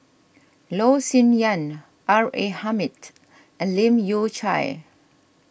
Loh Sin Yun R A Hamid and Leu Yew Chye